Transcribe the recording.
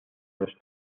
los